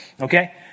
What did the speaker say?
okay